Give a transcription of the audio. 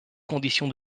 conditions